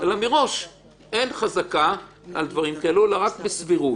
אלא מראש אין חזקה על הדברים האלה אלא רק בסבירות.